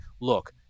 look